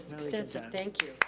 extensive thank you